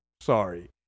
Sorry